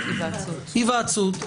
יש היוועצות.